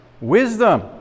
Wisdom